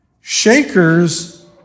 Shakers